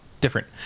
Different